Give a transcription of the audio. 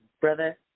brother